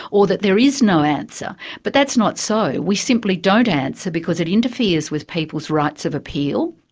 or that there is no answer. but that's not so, we simply don't answer because it interferes with people's rights of appeal,